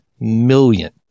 million